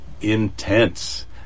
intense